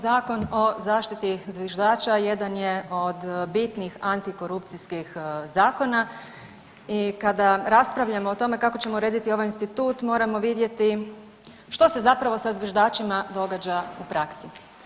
Zakon o zaštiti zviždača jedan je od bitnih antikorupcijskih zakona i kada raspravljamo o tome kako ćemo urediti ovaj institut moramo vidjeti što se zapravo sa zviždačima događa u praksi.